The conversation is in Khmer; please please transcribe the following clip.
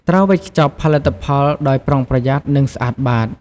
ត្រូវវេចខ្ចប់ផលិតផលដោយប្រុងប្រយ័ត្ន និងស្អាតបាត។